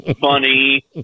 funny